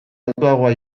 altuagoa